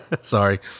Sorry